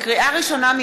לקריאה ראשונה,